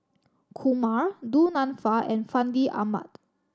Kumar Du Nanfa and Fandi Ahmad